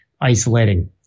isolating